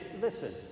listen